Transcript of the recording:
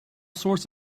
sorts